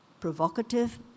provocative